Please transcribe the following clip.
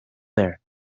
there